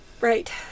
Right